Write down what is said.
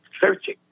searching